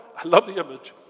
i love the image.